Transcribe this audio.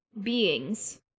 beings